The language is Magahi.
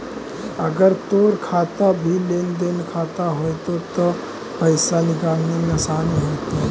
अगर तोर खाता भी लेन देन खाता होयतो त पाइसा निकाले में आसानी होयतो